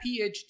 PhD